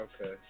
okay